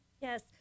Yes